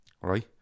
right